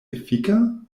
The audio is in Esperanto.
efika